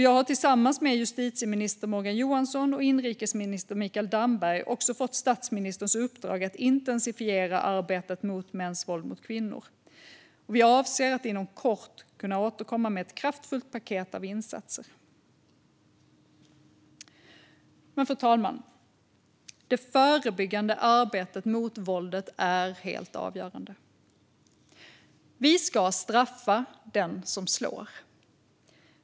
Jag har tillsammans med justitieminister Morgan Johansson och inrikesminister Mikael Damberg också fått statsministerns uppdrag att intensifiera arbetet mot mäns våld mot kvinnor. Vi avser att inom kort återkomma med ett kraftfullt paket av insatser. Men, fru talman, det förebyggande arbetet mot våldet är helt avgörande. Vi ska straffa den som slår.